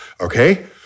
okay